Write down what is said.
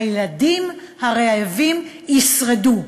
הילדים הרעבים ישרדו.